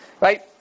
Right